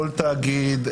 כל תאגיד,